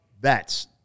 bets